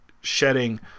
shedding